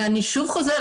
ואני שוב חוזרת,